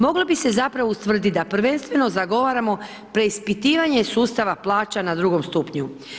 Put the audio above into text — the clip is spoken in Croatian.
Moglo bi se zapravo utvrditi da prvenstveno zagovaramo preispitivanje sustava plaća na drugom stupnju.